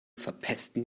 verpesten